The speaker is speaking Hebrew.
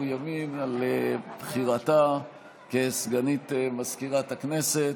ימין על בחירתה לסגנית מזכירת הכנסת,